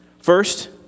First